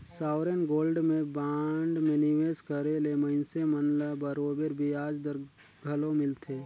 sovereign gold में bond में निवेस करे ले मइनसे मन ल बरोबेर बियाज दर घलो मिलथे